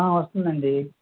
వస్తుందండీ